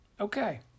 Okay